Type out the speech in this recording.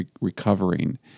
recovering